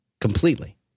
completely